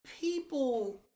people